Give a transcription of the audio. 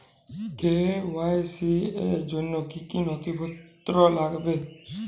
KYC র জন্য কি কি নথিপত্র লাগবে?